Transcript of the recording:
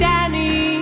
Danny